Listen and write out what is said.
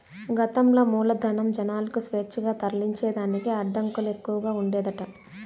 గతంల మూలధనం, జనాలకు స్వేచ్ఛగా తరలించేదానికి అడ్డంకులు ఎక్కవగా ఉండేదట